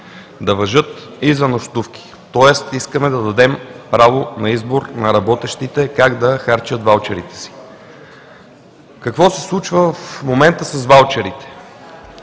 да важат и за нощувки, тоест искаме да дадем право на избор на работещите как да харчат ваучерите си. Какво се случва в момента с ваучерите?